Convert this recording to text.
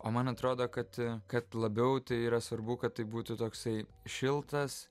o man atrodo kad kad labiau tai yra svarbu kad tai būtų toksai šiltas